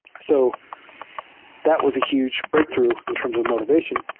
so that was a huge breakthrough in terms of motivation,